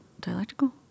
dialectical